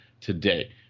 today